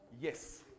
yes